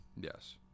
Yes